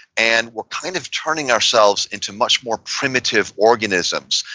and we're kind of turning ourselves into much more primitive organisms,